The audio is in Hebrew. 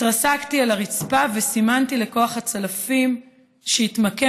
התרסקתי על הרצפה וסימנתי לכוח הצלפים שהתמקם